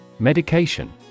Medication